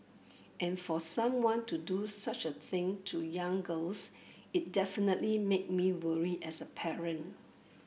and for someone to do such a thing to young girls it definitely made me worry as a parent